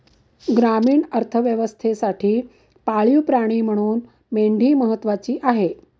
ग्रामीण अर्थव्यवस्थेसाठी पाळीव प्राणी म्हणून मेंढी महत्त्वाची आहे